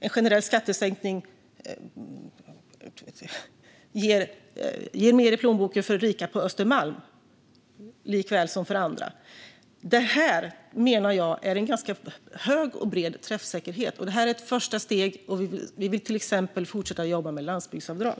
En generell skattesänkning ger mer i plånboken för rika på Östermalm likaväl som för andra. Jag menar att detta förslag har en ganska hög och bred träffsäkerhet. Det är ett första steg. Vi vill till exempel fortsätta att jobba med landsbygdsavdrag.